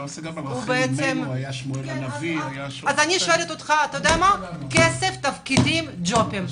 אני שואלת אותך לגבי כסף, תפקידים וג'ובים.